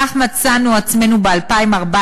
ב-2014,